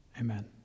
Amen